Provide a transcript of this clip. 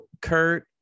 Kurt